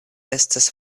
estas